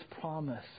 promise